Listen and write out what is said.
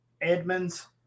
Edmonds